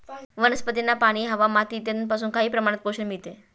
वनस्पतींना पाणी, हवा, माती इत्यादींपासून काही प्रमाणात पोषण मिळते